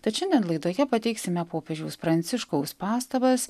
tad šiandien laidoje pateiksime popiežiaus pranciškaus pastabas